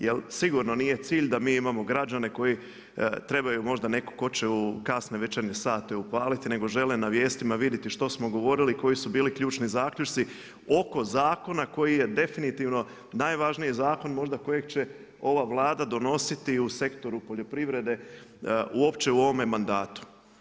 Jer sigurno nije cilj da mi imamo građane koji trebaju možda nekog tko će u kasne večernje sate upaliti nego žele na vijestima vidjeti što smo govorili i koji su bili ključni zaključci oko zakona koji je definitivno najvažniji zakon možda kojeg će ova Vlada donositi u sektoru poljoprivrede uopće u ovome mandatu.